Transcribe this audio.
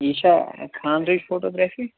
یہِ چھا خانٛدٕرِچ فوٹوٗگرٛافی